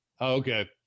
Okay